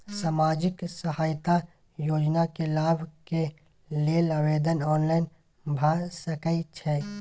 सामाजिक सहायता योजना के लाभ के लेल आवेदन ऑनलाइन भ सकै छै?